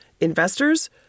investors